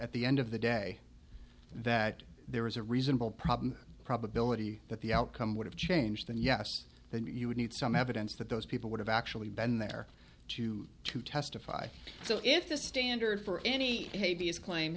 at the end of the day that there was a reasonable problem probability that the outcome would have changed and yes then you would need some evidence that those people would have actually been there to to testify so if the standard for any